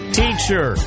teacher